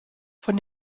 von